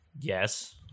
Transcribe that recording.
Yes